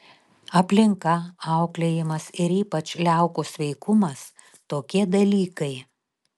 aplinka auklėjimas ir ypač liaukų sveikumas tokie dalykai